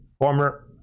former